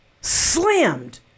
Slammed